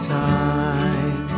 time